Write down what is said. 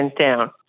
down